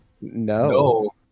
No